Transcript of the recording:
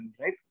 right